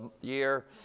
year